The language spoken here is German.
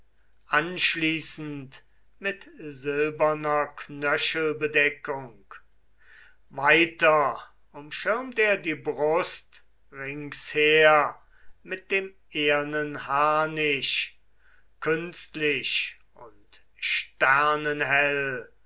anschließend mit silberner knöchelbedeckung weiter umschirmt er die brust ringsher mit dem ehernen harnisch künstlich und